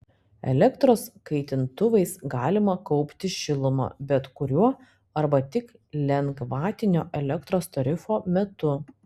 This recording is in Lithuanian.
elektros kaitintuvais galima kaupti šilumą bet kuriuo arba tik lengvatinio elektros tarifo metu